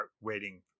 waiting